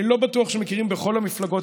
אני לא בטוח שמכירים בכל המפלגות,